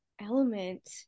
element